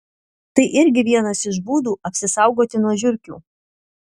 tai irgi vienas iš būdų apsisaugoti nuo žiurkių